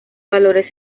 valores